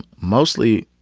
mostly,